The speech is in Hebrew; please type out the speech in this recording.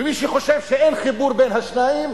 ומי שחושב שאין חיבור בין השניים